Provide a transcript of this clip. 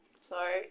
Sorry